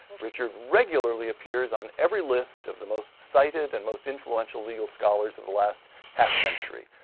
richard regularly appears on every list of the most cited and most influential legal scholars of the last half-century.